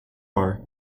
bar